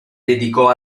dedicò